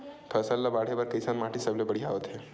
फसल ला बाढ़े बर कैसन माटी सबले बढ़िया होथे?